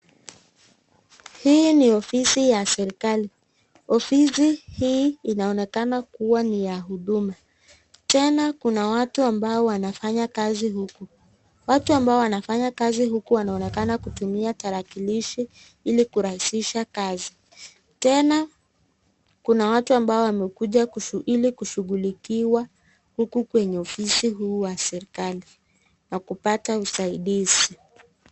Hii ni ofisi ya serekali, ofisi hii inaonekana kuwwa ni ya huduma tena kuna watu ambao wanafanya kazi huku. Watu ambao wanafanya kazi huku wanaonekana kutumia tarakilishi ili kurahisisha kazi. Tena kuna watu ambao wamekuja ili kushughulikiwa huku kwenye ofisi huu wa serekali wa kuoata usaidizi.